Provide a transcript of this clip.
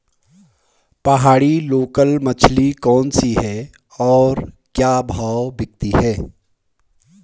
पहाड़ी लोकल मछली कौन सी है और क्या भाव बिकती है?